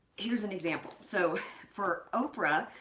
here's an example. so for oprah,